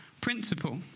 principle